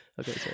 Okay